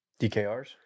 DKRs